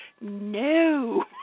No